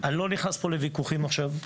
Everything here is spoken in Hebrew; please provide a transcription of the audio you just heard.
אני לא נכנס פה לוויכוחים עכשיו,